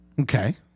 Okay